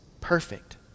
perfect